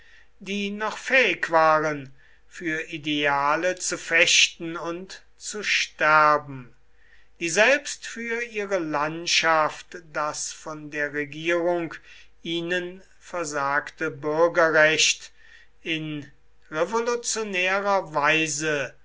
die noch fähig waren für ideale zu fechten und zu sterben die selbst für ihre landschaft das von der regierung ihnen versagte bürgerrecht in revolutionärer weise